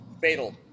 fatal